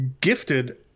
gifted